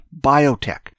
biotech